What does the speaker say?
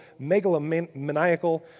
megalomaniacal